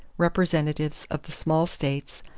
representatives of the small states,